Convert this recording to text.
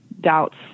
doubts